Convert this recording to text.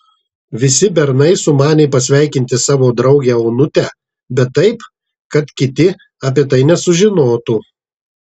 visi bernai sumanė pasveikinti savo draugę onutę bet taip kad kiti apie tai nežinotų